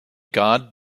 god